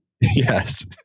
Yes